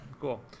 cool